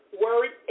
worried